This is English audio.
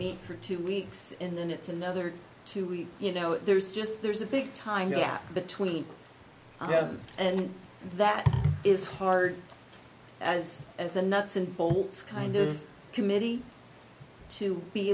meet for two weeks and then it's another two weeks you know there's just there's a big time gap between them and that is hard as as a nuts and bolts kind of committee to be